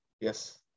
Yes